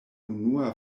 unua